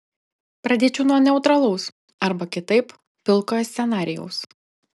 pradėčiau nuo neutralaus arba kitaip pilkojo scenarijaus